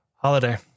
Holiday